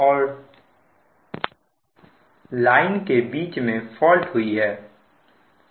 और लाइन के बीच में फॉल्ट हुई है